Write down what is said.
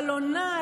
"בלונה",